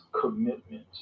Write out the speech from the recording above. commitment